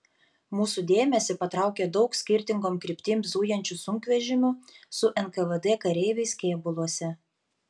mūsų dėmesį patraukė daug skirtingom kryptim zujančių sunkvežimių su nkvd kareiviais kėbuluose